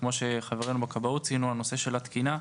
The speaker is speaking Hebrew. כמו שחברינו בכבאות ציינו, הנושא של התקינה,